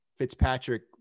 Fitzpatrick